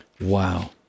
Wow